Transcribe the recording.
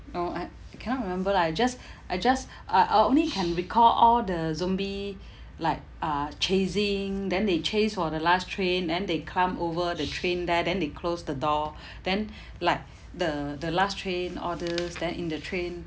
no I I cannot remember lah just I just uh I only can recall all the zombie like are chasing then they chase for the last train and they come over the train there then they closed the door then like the the last train all these then in the train